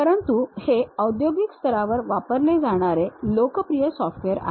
परंतु हे उद्योग स्तरावर वापरले जाणारे लोकप्रिय सॉफ्टवेअर आहेत